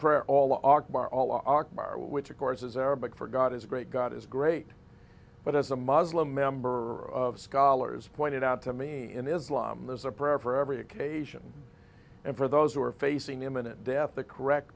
prayer all akbar all akbar which of course is arabic for god is great god is great but as a muslim member of scholars pointed out to me in islam there's a prayer for every occasion and for those who are facing imminent death the correct